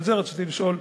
על זה רציתי לשאול: